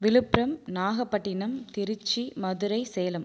Villupuram Nagapattinam Tiruchi Madurai Salem